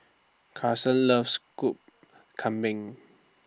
Karson loves School Kambing